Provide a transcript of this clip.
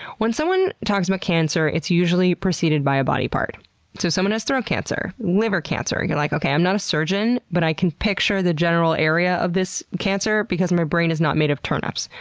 when someone talks about cancer it's usually preceded by a body part. so, someone has throat cancer, liver cancer, you're like okay, i'm not a surgeon, but i can picture the general area of this cancer because my brain is not made of turnips.